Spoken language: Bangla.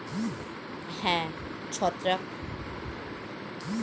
যে উদ্ভিদ গুলো ঘরের ভেতরে বেড়ে উঠতে পারে, যেমন মানি প্লান্ট